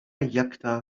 jacta